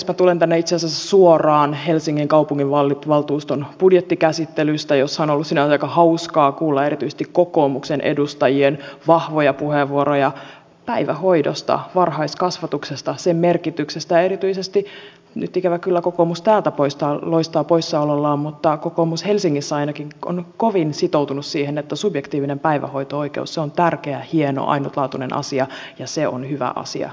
minä tulen tänne itse asiassa suoraan helsingin kaupunginvaltuuston budjettikäsittelystä jossa on ollut sinänsä aika hauskaa kuulla erityisesti kokoomuksen edustajien vahvoja puheenvuoroja päivähoidosta varhaiskasvatuksesta sen merkityksestä ja erityisesti nyt ikävä kyllä kokoomus täältä loistaa poissaolollaan kokoomus helsingissä ainakin on kovin sitoutunut siihen että subjektiivinen päivähoito oikeus on tärkeä hieno ainutlaatuinen asia ja se on hyvä asia säilyttää